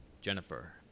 Jennifer